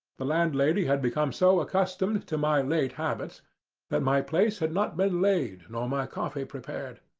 the landlady had become so accustomed to my late habits that my place had not been laid nor my coffee prepared.